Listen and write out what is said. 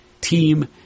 team